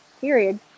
period